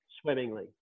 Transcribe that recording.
swimmingly